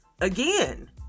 again